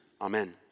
amen